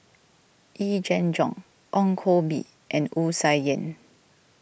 Yee Jenn Jong Ong Koh Bee and Wu Tsai Yen